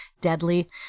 deadly